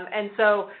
and so,